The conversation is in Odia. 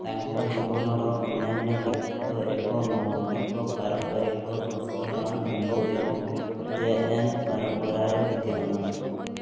ତାଙ୍କ ଜୀବନର ଅନ୍ୟାନ୍ୟ ଲିଖିତ ଏବଂ ମୌଖିକ ପାରମ୍ପାରିକ ସଂସ୍କରଣ ହିନ୍ଦୁ ଏବଂ ଜେ ଏନ୍ ପରମ୍ପରାରେ ବିଦ୍ୟମାନ